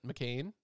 McCain